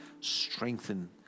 strengthen